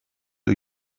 are